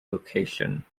location